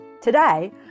Today